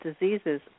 diseases